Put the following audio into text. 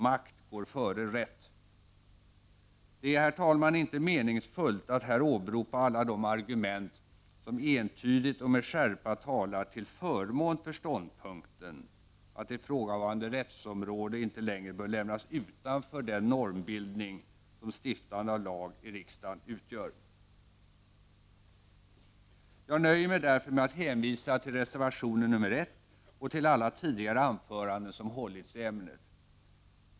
Makt går före rätt. Det är, herr talman, inte meningsfullt att här åberopa alla de argument som entydigt och med skärpa talar till förmån för ståndpunkten att ifrågavarande rättsområde inte längre bör lämnas utanför den normbildning som stiftande av lag i riksdagen utgör. Jag nöjer mig därför med att hänvisa till reservationen nr 1 och till alla tidigare anföranden som hållits i ämnet.